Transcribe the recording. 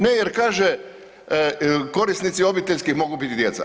Ne jer kaže korisnici obiteljske mogu bit djeca.